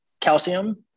calcium